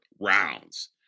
rounds